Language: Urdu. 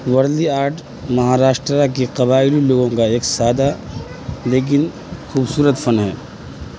ورلی آرٹ مہاراشٹرا کی قبائلی لوگوں کا ایک سادہ لیکن خوبصورت فن ہے